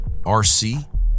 RC